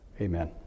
Amen